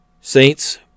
Saints